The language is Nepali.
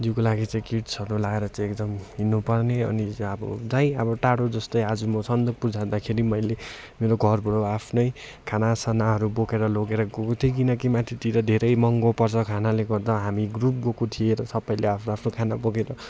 जिउको लागि चाहिँ किट्सहरू लाएर चाहिँ एकदम हिँड्नु पर्ने अनि हिजो अब जहीँ अब टाढो जस्तै आज म सन्दकपुर जाँदाखेरि मैले मेरो घरबाट आफ्नै खाना सानाहरू बोकेर लोगेर गएको थिएँ किनकि माथितिर धेरै महँगो पर्छ खानाले गर्दा हामी ग्रुप गएको थिएँ र सबैले आफ्नो आफ्नो खाना बोकेर